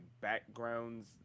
backgrounds